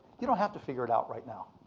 you don't have to figure it out right now.